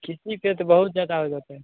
क़िश्त पर तो बहुत ज़्यादा हो जाता है